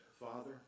Father